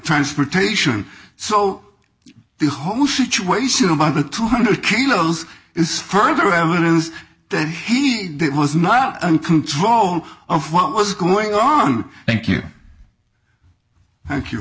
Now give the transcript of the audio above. transportation so the whole situation of under two hundred kilos is further evidence that he was not on control of what was going on thank you thank you